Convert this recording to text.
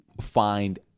find